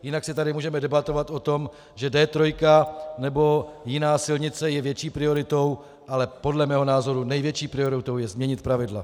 Jinak si tady můžeme debatovat o tom, že D3 nebo jiná silnice je větší prioritou, ale podle mého názoru největší prioritou je změnit pravidla.